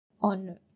on